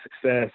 success